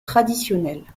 traditionnelle